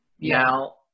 Now